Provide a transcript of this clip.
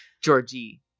Georgie